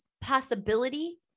possibility